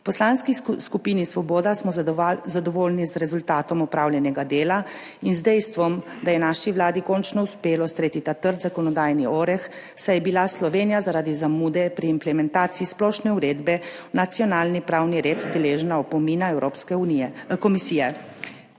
Poslanski skupini Svoboda smo zadovoljni z rezultatom opravljenega dela in z dejstvom, da je naši vladi končno uspelo streti ta trd zakonodajni oreh, saj je bila Slovenija zaradi zamude pri implementaciji splošne uredbe v nacionalni pravni red deležna opomina Evropske komisije.